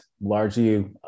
largely